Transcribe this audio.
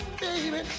Baby